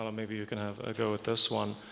um maybe you can have a go at this one.